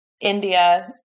India